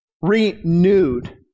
Renewed